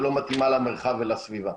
שלא מתאימה למרחב ולסביבה.